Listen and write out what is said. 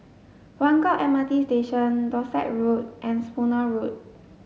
Buangkok M R T Station Dorset Road and Spooner Road